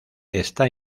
está